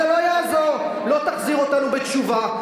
זה לא יעזור, לא תחזיר אותנו בתשובה.